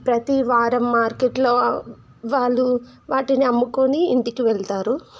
ప్రతి వారం మార్కెట్లో వాళ్ళు వాటిని అమ్ముకుని ఇంటికి వెళ్తారు